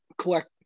collect